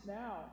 now